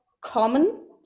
common